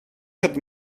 had